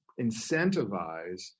incentivize